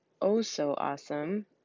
oh-so-awesome